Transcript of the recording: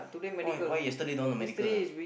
why why yesterday don't want to medical